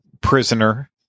prisoner